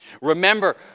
Remember